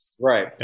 right